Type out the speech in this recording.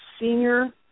senior